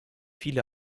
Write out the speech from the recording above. viele